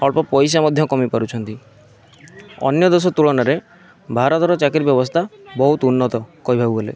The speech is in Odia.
ଅଳ୍ପ ପଇସା ମଧ୍ୟ କମାଇ ପାରୁଛନ୍ତି ଅନ୍ୟଦେଶ ତୁଳନାରେ ଭାରତର ଚାକିରୀ ବ୍ୟବସ୍ଥା ବହୁତ ଉନ୍ନତ କହିବାକୁ ଗଲେ